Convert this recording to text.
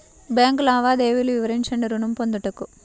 Bank లావాదేవీలు వివరించండి ఋణము పొందుటకు?